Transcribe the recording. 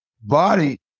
body